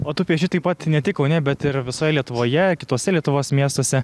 o tu pieši taip pat ne tik kaune bet ir visoj lietuvoje kituose lietuvos miestuose